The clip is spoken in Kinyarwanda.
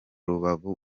rubavu